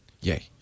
yay